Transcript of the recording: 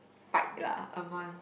fight lah among